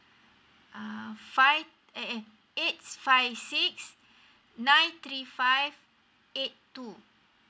uh five eh eh eight five six nine three five eight two